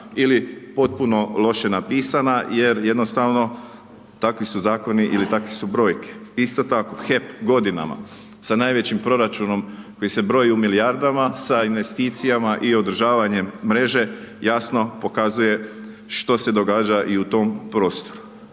ili potpuno loše napisana jer jednostavno takvi su zakoni ili takve su brojke. Isto tako HEP godinama sa najvećim proračunom koji se broji u milijardama, sa investicijama i održavanjem mreže jasno pokazuje što se događa i u tom prostoru.